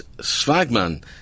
Swagman